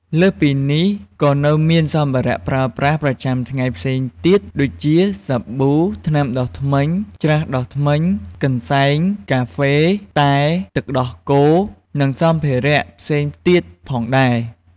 លើសពីនេះ ក៏នៅមានសម្ភារៈប្រើប្រាស់ប្រចាំថ្ងៃផ្សេងទៀតដូចជា សាប៊ូ ថ្នាំដុសធ្មេញ ច្រាសដុសធ្មេញ កន្សែង កាហ្វេ តែ ទឹកដោះគោ និងសម្ភារៈផ្សេងទៀតផងដែរ។